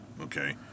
Okay